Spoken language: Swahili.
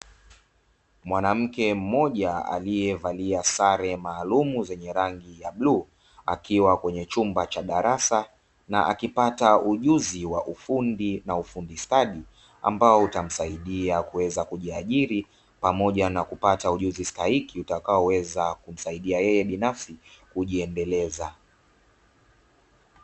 Mwanamke mmoja aliyevalia sare maalumu zenye rangi ya bluu, akiwa kwenye chumba cha darasa na akipata ujuzi wa ufundi na ufundi stadi, ambao utamsaidia kuweza kujiajiri pamoja na kupata ujuzi stahiki utakaoweza kumsaidia yeye binafsi kujiendeleza.